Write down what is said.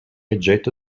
oggetto